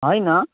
होइन